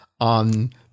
on